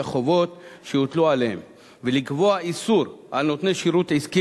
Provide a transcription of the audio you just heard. החובות שיוטלו עליהם ולקבוע איסור על נותני שירות עסקי